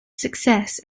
success